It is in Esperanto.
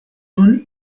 nun